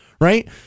right